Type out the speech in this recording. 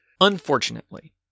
unfortunately